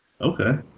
okay